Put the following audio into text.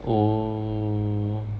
oh